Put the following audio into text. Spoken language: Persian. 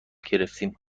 گرفتیم